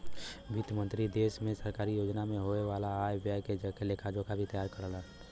वित्त मंत्री देश में सरकारी योजना में होये वाला आय व्यय के लेखा जोखा भी तैयार करेलन